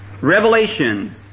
Revelation